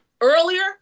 earlier